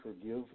forgive